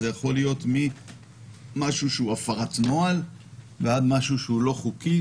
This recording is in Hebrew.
זה יכול להיות החל מהפרת נוהל ועד פעולה שהיא לא חוקית.